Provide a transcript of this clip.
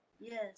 Yes